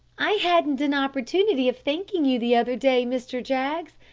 i hadn't an opportunity of thanking you the other day, mr. jaggs,